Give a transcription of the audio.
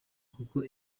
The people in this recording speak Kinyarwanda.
kuko